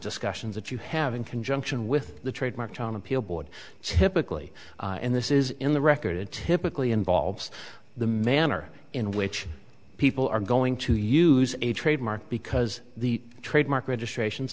discussions that you have in conjunction with the trademark on appeal board typically and this is in the record it typically involves the manner in which people are going to use a trademark because the trademark registration